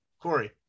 Corey